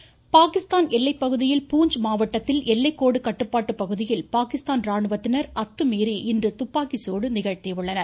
துப்பாக்கிசூடு பாகிஸ்தான் எல்லைப்பகுதியில் பூஞ்ச் மாவட்டத்தில் எல்லைக்கோடு கட்டுப்பாட்டு பகுதியில் பாகிஸ்தான் ராணுவத்தினர் அத்துமீறி இன்று துப்பாக்கி சூடு நிகழ்த்தியுள்ளனர்